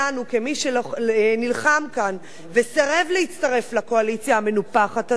כמי שנלחם כאן וסירב להצטרף לקואליציה המנופחת הזאת,